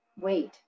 wait